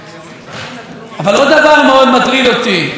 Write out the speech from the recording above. נוסע ביהודה ושומרון גם היום.